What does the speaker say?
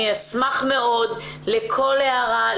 אני אשמח מאוד לכל הערה,